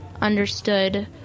understood